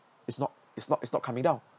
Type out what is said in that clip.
is not is not is not coming down